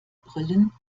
brillen